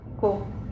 Cool